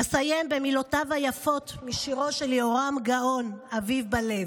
אסיים במילותיו היפות משירו של יהורם גאון "אביב בלב":